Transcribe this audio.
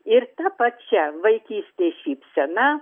ir ta pačia vaikystės šypsena